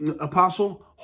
Apostle